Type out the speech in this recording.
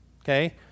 Okay